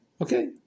okay